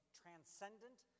transcendent